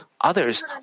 others